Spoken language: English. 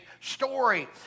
story